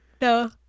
No